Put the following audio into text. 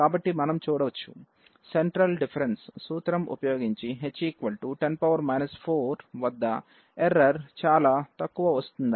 కాబట్టి మనం చూడచ్చు సెంట్రల్ డిఫరెన్స్ సూత్రం ఉపయోగించి h 10 4 వద్ద ఎర్రర్ చాల తక్కువ వస్తుందని